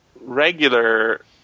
regular